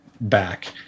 back